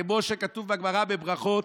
כמו שכתוב בגמרא, בברכות,